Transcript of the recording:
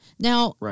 Now